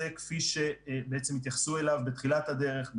כפי שבעצם התייחסו אליו בתחילת הדרך,